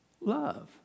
love